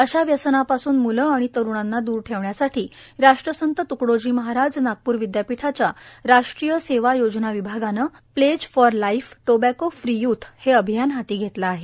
अशा व्यसनापासून मूले आणि तरुणांना दुर ठेवण्यासाठी राष्ट्रसंत तुकडोजी महाराज नागपूर विदयापीठाच्या राष्ट्रीय सेवा योजना विभागाने pledge for life tobacco free youth अभियान हाती घेतले आहे